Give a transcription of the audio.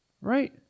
Right